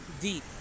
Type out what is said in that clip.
Deep